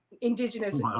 Indigenous